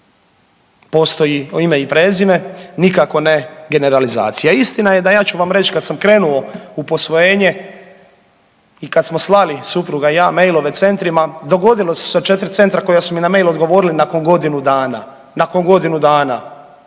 Postoji ime i prezime, nikako ne generalizacija. Istina je da, ja ću vam reć kad sam krenuo u posvojenje i kad smo slali supruga i ja mailove centrima dogodila su se 4 centra koja su mi na mail odgovorili nakon godinu dana, nakon godinu dana,